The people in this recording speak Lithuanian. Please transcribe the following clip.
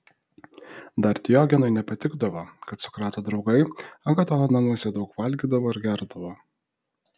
dar diogenui nepatikdavo kad sokrato draugai agatono namuose daug valgydavo ir gerdavo